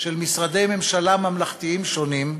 של משרדי ממשלה ממלכתיים שונים,